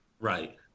Right